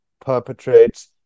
perpetrates